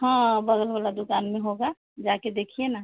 हाँ बगल वाला दुकान में होगा जाके देखिए न